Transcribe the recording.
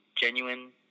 genuine